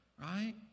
right